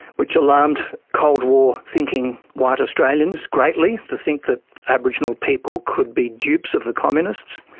which alarmed cold war thinking white australians greatly, to think that aboriginal people could be dupes of the communists.